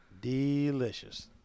delicious